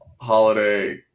holiday